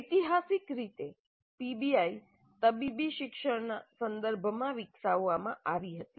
ઐતિહાસિક રીતે પીબીઆઈ તબીબી શિક્ષણના સંદર્ભમાં વિકસાવવામાં આવી હતી